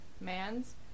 Mans